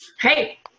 Hey